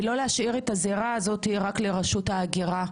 ולא להשאיר את הזירה הזאת רק לרשות ההגירה.